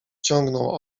ciągnął